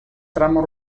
trama